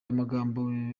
amagambo